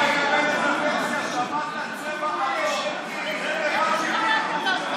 שמעת צבע אדום, בלבנון,